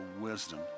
wisdom